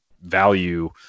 value